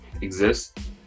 exists